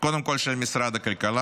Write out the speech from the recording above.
קודם כול של משרד הכלכלה,